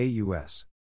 AUS